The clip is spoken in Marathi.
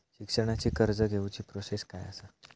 शिक्षणाची कर्ज घेऊची प्रोसेस काय असा?